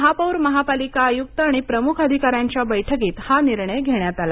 महापौर महापालिका आयुक्त आणि प्रमुख अधिकाऱ्यांच्या बैठकीत हा निर्णय घेण्यात आला